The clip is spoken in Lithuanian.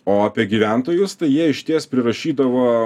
o apie gyventojus tai jie išties prirašydavo